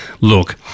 look